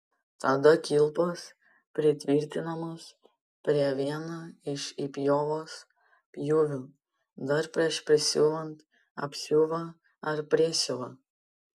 tada kilpos pritvirtinamos prie vieno iš įpjovos pjūvių dar prieš prisiuvant apsiuvą ar priesiuvą